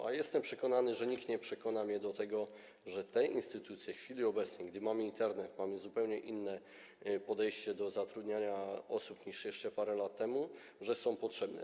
A jestem przekonany, że nikt nie przekona mnie do tego, że te instytucje w chwili obecnej, gdy mamy Internet, mamy zupełnie inne podejście do zatrudniania osób niż jeszcze parę lat temu, są potrzebne.